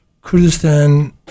Kurdistan